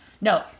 No